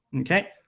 Okay